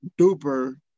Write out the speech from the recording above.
duper